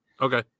Okay